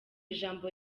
ijambo